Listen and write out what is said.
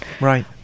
Right